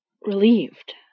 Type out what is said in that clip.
relieved